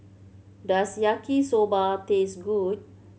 does Yaki Soba taste good